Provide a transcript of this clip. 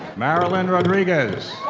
mariyln rodriguez.